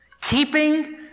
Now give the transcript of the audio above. keeping